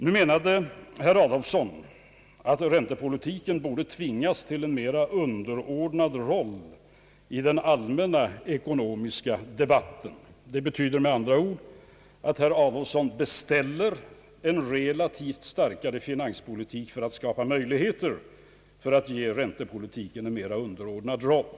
Nu menade herr Adolfsson att räntepolitiken borde tvingas att spela en mera underordnad roll i den allmänna ekonomiska debatten. Det betyder med andra ord att herr Adolfsson beställer en starkare finanspolitik för att skapa möjligheter för att tilldela räntepolitiken en mera underordnad roll.